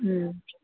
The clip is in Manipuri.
ꯎꯝ